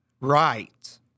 right